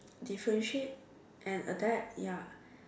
differentiate and adapt ya